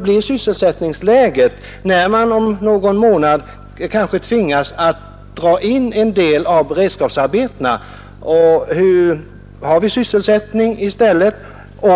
blir sysselsättningsläget när man om någon månad kanske tvingas att dra in en del av beredskapsarbetena? Har vi sysselsättning i stället för dessa människor?